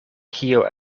kio